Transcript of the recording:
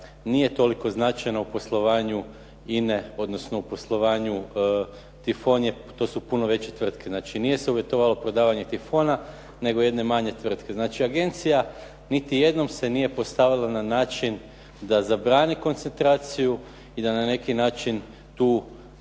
nije toliko značajna u poslovanju INA-e odnosno u poslovanju. Tifon je, to su puno veće tvrtke. Znači, nije se uvjetovalo prodavanje Tifona nego jedne manje tvrtke. Znači, agencija niti jednom se nije postavila na način da zabrani koncentraciju i da na neki način tu